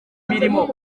imirimo